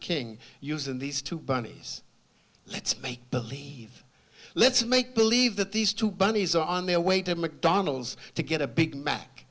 king used in these two bunnies let's make believe let's make believe that these two bunnies are on their way to mcdonald's to get a big mac